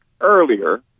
earlier